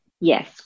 Yes